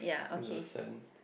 in the sand